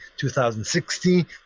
2016